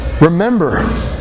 remember